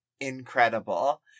Incredible